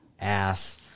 ass